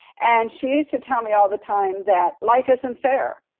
and she used to tell me all the time that life isn't fair.